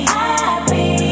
happy